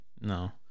No